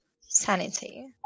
Sanity